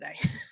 today